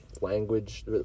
language